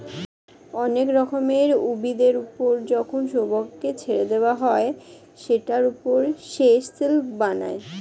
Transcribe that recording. অনেক রকমের উভিদের ওপর যখন শুয়োপোকাকে ছেড়ে দেওয়া হয় সেটার ওপর সে সিল্ক বানায়